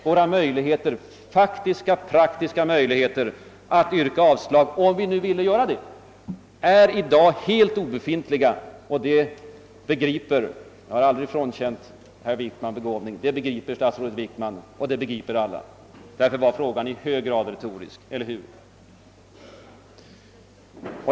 Våra faktiska och praktiska möjligheter att yrka avslag, om vi nu ville göra det, är i dag helt obefintliga. Det begriper statsrådet Wickman — jag har aldrig frånkänt honom begåvning — och det begriper alla. Därför var frågan i hög grad retorisk. Eller hur?